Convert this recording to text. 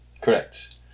Correct